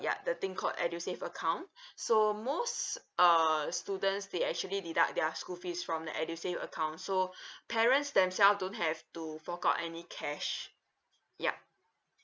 ya the thing called edusave account so most uh students they actually deduct their school fees from the edusave account so parents themselves don't have to fork out any cash yup